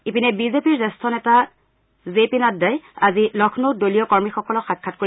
ইপিনে বিজেপি দলৰ জ্যেষ্ঠ নেতা জে পি নাড্ডাই আজি লক্ষ্মৌত দলীয় কৰ্মীসকলক সাক্ষাৎ কৰিব